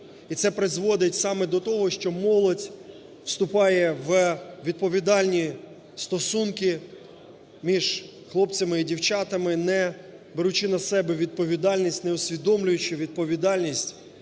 і це призводить саме до того, що молодь вступає у відповідальні стосунки між хлопцями і дівчатами, не беручи на себе відповідальність, не усвідомлюючи відповідальність,